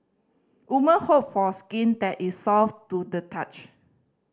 woman hope for skin that is soft to the touch